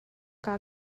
kaa